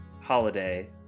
holiday